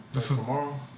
tomorrow